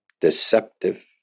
deceptive